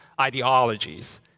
ideologies